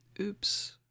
oops